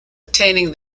obtaining